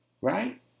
right